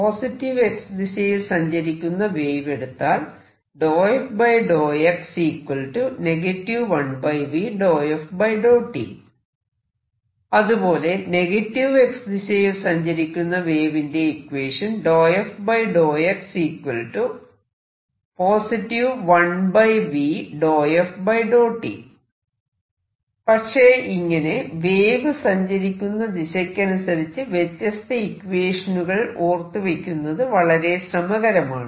positive X ദിശയിൽ സഞ്ചരിക്കുന്ന wave എടുത്താൽ അതുപോലെ നെഗറ്റീവ് X ദിശയിൽ സഞ്ചരിക്കുന്ന വേവിന്റെ ഇക്വേഷൻ പക്ഷെ ഇങ്ങനെ വേവ് സഞ്ചരിക്കുന്ന ദിശയ്ക്കനുസരിച്ച് വ്യത്യസ്ത ഇക്വേഷനുകൾ ഓർത്തുവെക്കുന്നത് വളരെ ശ്രമകരമാണ്